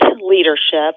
leadership